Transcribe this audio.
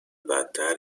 بدتر